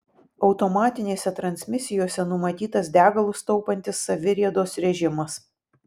automatinėse transmisijose numatytas degalus taupantis saviriedos režimas